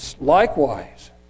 Likewise